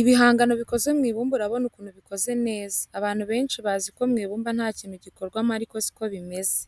Ibihangano bikozwe mwibumba urabona ukuntu bikoze neza abantu benshi baziko mwibumba ntakintu gikorwamo ariko siko bimeze.